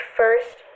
first